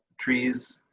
trees